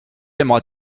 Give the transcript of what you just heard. aimeras